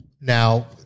Now